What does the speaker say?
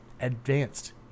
advanced